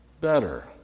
better